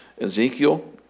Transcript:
Ezekiel